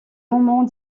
moments